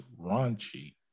raunchy